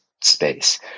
space